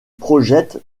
projette